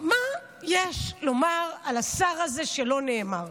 מה יש לומר על השר הזה שלא נאמר?